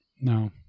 No